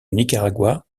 nicaragua